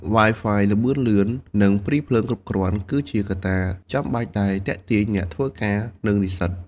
Wi-Fi ល្បឿនលឿន និង ព្រីភ្លើងគ្រប់គ្រាន់ គឺជាកត្តាចាំបាច់ដែលទាក់ទាញអ្នកធ្វើការ និងនិស្សិត។